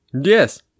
yes